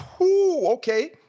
okay